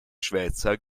schweizer